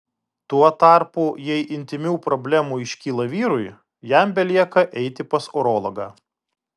tuo tarpu jei intymių problemų iškyla vyrui jam belieka eiti pas urologą